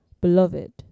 beloved